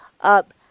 up